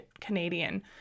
Canadian